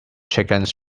chickens